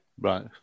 Right